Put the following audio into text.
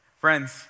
Friends